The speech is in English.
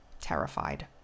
terrified